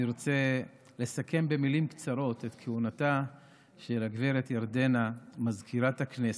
אני רוצה לסכם במילים קצרות את כהונתה של הגב' ירדנה מזכירת הכנסת.